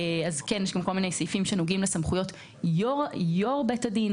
יש כל מיני סעיפים שנוגעים לסמכויות יו"ר בית הדין,